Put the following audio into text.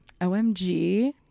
OMG